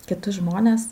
kitus žmones